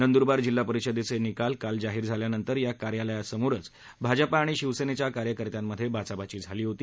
नंदरबार जिल्हापरिषदेचे निकाल काल जाहीर झाल्यानंतर या कार्यालयासमोरच भाजपा आणि शिवसेनेच्या कार्यकर्त्यामध्ये बाचाबाची झाली होती